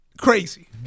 crazy